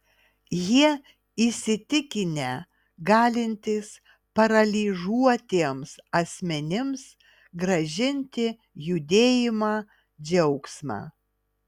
jie įsitikinę galintys paralyžiuotiems asmenims grąžinti judėjimą džiaugsmą